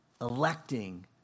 electing